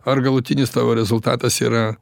ar galutinis tavo rezultatas yra